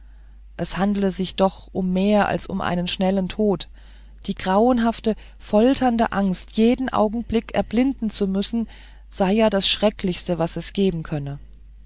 es handle sich doch um mehr als um schnellen tod die grauenhafte folternde angst jeden augenblick erblinden zu müssen sei ja das schrecklichste was es geben könne